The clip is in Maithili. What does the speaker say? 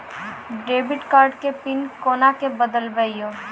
डेबिट कार्ड के पिन कोना के बदलबै यो?